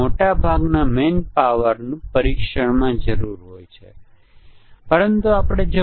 જો હું 5 બ્રેક્સની બરાબર છું અને તમે અહીં 5 કરતા વધારે 5 કરતા વધારેની સરખામણીમાં બદલાયા છો